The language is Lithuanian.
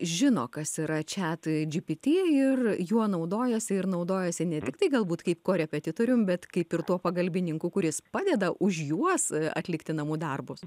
žino kas yra chatgpt ir juo naudojasi ir naudojasi ne tiktai galbūt kaip korepetitorium bet kaip ir tuo pagalbininku kuris padeda už juos atlikti namų darbus